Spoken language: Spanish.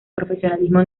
profesionalismo